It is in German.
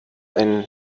ein